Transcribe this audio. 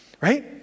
Right